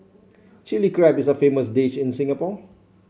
Chilli Crab is a famous dish in Singapore